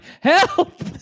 help